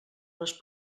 les